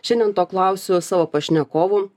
šiandien to klausiu savo pašnekovų